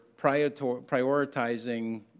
prioritizing